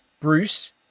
Bruce